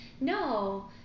no